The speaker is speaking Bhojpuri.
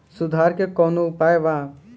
सुधार के कौनोउपाय वा?